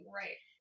Right